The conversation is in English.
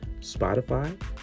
Spotify